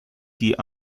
die